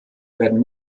werden